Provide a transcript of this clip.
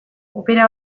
opera